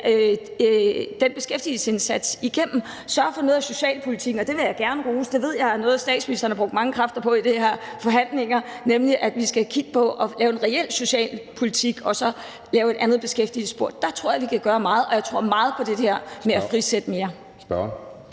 den beskæftigelsesindsats igennem og også se på socialpolitikken. Og jeg vil gerne rose – jeg ved, det er noget, statsministeren har brugt mange kræfter på i de her forhandlinger – at vi skal kigge på at lave en reel socialpolitik og lave et andet beskæftigelsesspor. Der tror jeg, vi kan gøre meget, og jeg tror meget på det der med at frisætte mere. Kl.